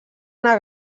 una